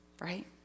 right